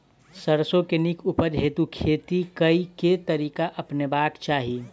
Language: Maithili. सैरसो केँ नीक उपज हेतु खेती केँ केँ तरीका अपनेबाक चाहि?